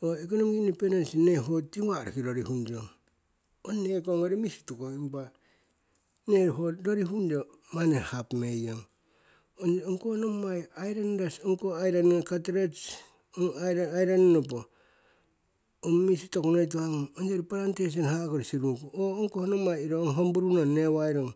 ho economic independence ne ho tiwah roki rorihung yong ong nekong gnori miisshi kori tukong ho rorihung yo mani hapo meng yong ong koh nommai islanders ong koh island kartrets ongb island nopo ong misi tokunoi tuhah gnung ong yori plantation. haahaakori sirurung kung ong koh nommai homm bru nong nehwai rong.